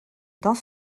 dans